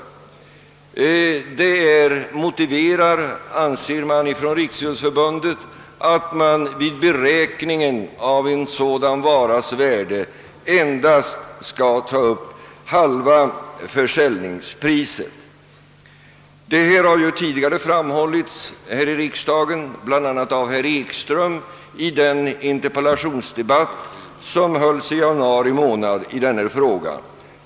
Riksidrottsförbundet anser det motiverat att man vid beräkningen av en sådan varas värde endast skall ta upp halva försäljningspriset. Detta har tidigare framhållits här i riksdagen, bl.a. av herr Ekström i Iggesund i en interpellationsdebatt som hölls i januari i denna fråga.